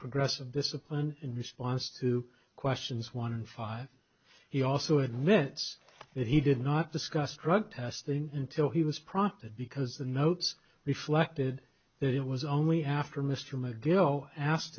progress of discipline in response to questions one and five he also admits that he did not discuss drug testing until he was prompted because the notes reflected that it was only after mr mcgill asked